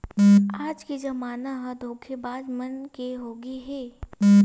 आज के जमाना ह धोखेबाज मन के होगे हे